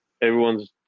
Everyone's